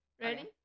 ready